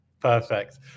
Perfect